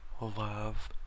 love